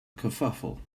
kerfuffle